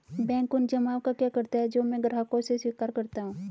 Bank उन जमाव का क्या करता है जो मैं ग्राहकों से स्वीकार करता हूँ?